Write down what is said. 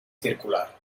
circular